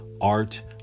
art